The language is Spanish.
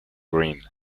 green